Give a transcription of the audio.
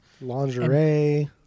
lingerie